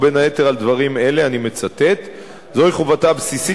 ובין היתר על דברים אלה: "זוהי חובתה הבסיסית